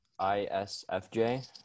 isfj